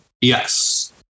Yes